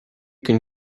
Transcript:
can